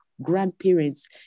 grandparents